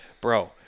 bro